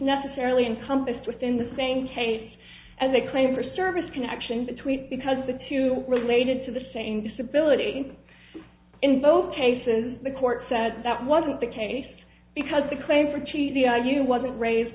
necessarily encompassed within the same case as a claim for service connection between because the two related to the same disability in both cases the court said that wasn't the case because the claim for g c i you wasn't raised